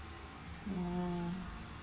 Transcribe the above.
mm